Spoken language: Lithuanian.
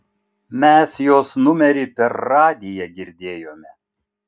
mes jos numerį per radiją girdėjome